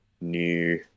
New